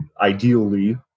ideally